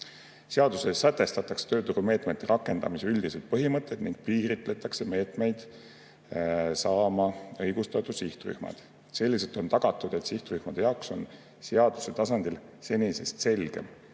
Seaduses sätestatakse tööturumeetmete rakendamise üldised põhimõtted ning piiritletakse meetmeid saama õigustatud sihtrühmad. Selliselt on tagatud, et sihtrühmade jaoks on seaduse tasandil senisest selgem,